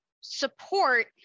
support